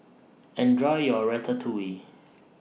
Enjoy your Ratatouille